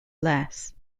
less